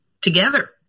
together